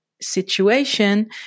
situation